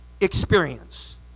experience